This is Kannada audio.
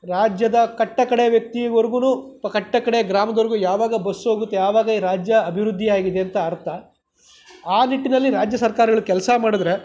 ರಾಜ್ಯದ ಕಟ್ಟ ಕಡೇ ವ್ಯಕ್ತಿವರ್ಗು ಕಟ್ಟ ಕಡೇ ಗ್ರಾಮದ್ವರ್ಗೂ ಯಾವಾಗ ಬಸ್ ಹೋಗುತ್ತೆ ಆವಾಗ ಈ ರಾಜ್ಯ ಅಭಿವೃದ್ಧಿ ಆಗಿದೆ ಅಂತ ಅರ್ಥ ಆ ನಿಟ್ಟಿನಲ್ಲಿ ರಾಜ್ಯ ಸರ್ಕಾರಗಳು ಕೆಲಸ ಮಾಡಿದ್ರೆ